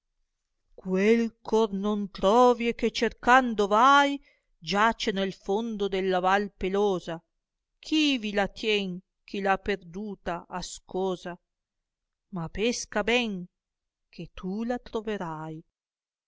quel eh or non trovi e che cercando vai giace nel fondo della vai pelosa ch ivi la tien chi l ha perduta ascosa ma pesca ben che tu la troverai